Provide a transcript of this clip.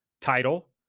title